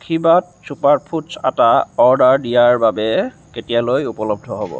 আশীৰ্বাদ super foods atta order দিয়াৰ বাবে কেতিয়ালৈ উপলব্ধ হ'ব